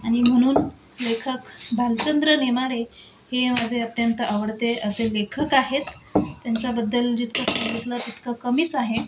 आणि म्हणून लेखक भालचंद्र नेमाडे हे माझे अत्यंत आवडते असे लेखक आहेत त्यांच्याबद्दल जितकं सांगितलं तितकं कमीच आहे